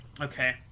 Okay